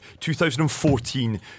2014